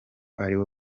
ariwe